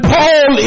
Paul